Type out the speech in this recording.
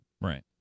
Right